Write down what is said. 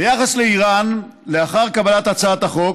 ביחס לאיראן, לאחר קבלת הצעת החוק